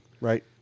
Right